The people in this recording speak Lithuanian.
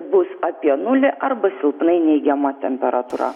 bus apie nulį arba silpnai neigiama temperatūra